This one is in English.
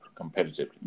competitively